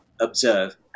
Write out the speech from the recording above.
observe